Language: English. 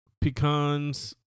pecans